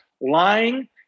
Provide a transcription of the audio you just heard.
lying